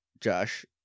Josh